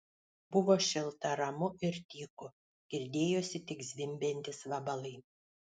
buvo šilta ramu ir tyku girdėjosi tik zvimbiantys vabalai